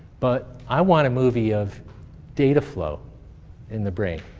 but i want a movie of data flow in the brain.